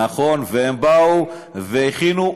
נכון, והם באו והכינו.